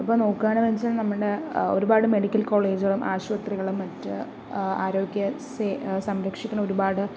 അപ്പോൾ നോക്കുകയാണെന്നു വച്ചാൽ നമ്മുടെ ഒരുപാട് മെഡിക്കൽ കോളേജുകളും ആശുപത്രികളും മറ്റു ആരോഗ്യ സംരക്ഷിക്കുന്ന ഒരുപാട്